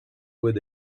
with